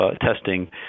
testing